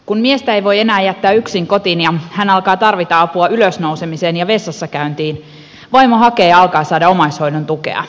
kun miestä ei voi enää jättää yksin kotiin ja hän alkaa tarvita apua ylös nousemiseen ja vessassa käyntiin vaimo hakee ja alkaa saada omaishoidon tukea